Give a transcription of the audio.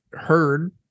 heard